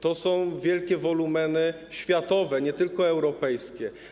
To są wielkie wolumeny światowe, nie tylko europejskie.